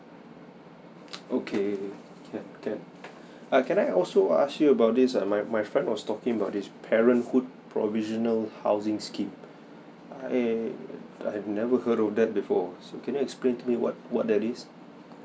okay can can err can I also ask you about this ah my my friend was talking about this parenthood provisional housing scheme I I've never heard of that before so can explain to me what what that is